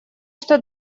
что